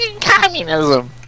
Communism